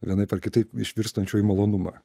vienaip ar kitaip išvirstančių į malonumą